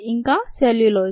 ఇంకా సెల్యులోజ్